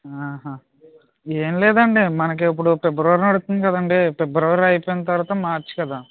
ఏం లేదండి మనకి ఇప్పుడు ఫిబ్రవరి నడుస్తుంది కదండీ ఫిబ్రవరి అయిపోయిన తర్వాత మార్చి కదా